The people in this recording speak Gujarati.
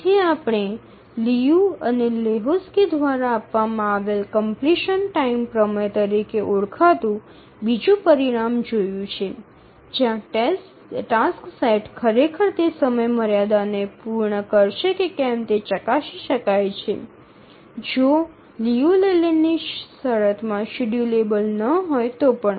તેથી આપણે લિયુ અને લેહોક્સ્કી દ્વારા આપવામાં આવેલ કમપ્લીશન ટાઇમ પ્રમેય તરીકે ઓળખાતું બીજું પરિણામ જોયું છે જ્યાં ટાસક્સ સેટ ખરેખર તે સમયમર્યાદાને પૂર્ણ કરશે કે કેમ તે ચકાસી શકાય છે જો તે લિયુ લેલેન્ડની શરતમાં શેડ્યૂલેબલ ન હોય તો પણ